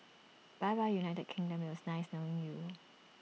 bye bye united kingdom IT was nice knowing you